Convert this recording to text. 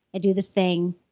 i do this thing.